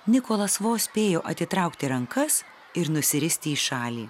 nikolas vos spėjo atitraukti rankas ir nusiristi į šalį